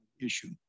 issue